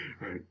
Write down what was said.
Right